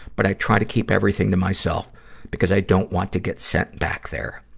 but i try to keep everything to myself because i don't want to get sent back there.